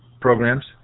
programs